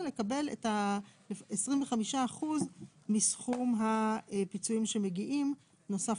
לקבל 25 אחוזים מסכום הפיצויים שמגיעים בנוסף